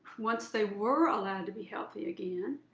once they were allowed to be healthy again,